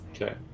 Okay